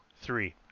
three